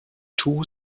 two